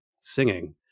singing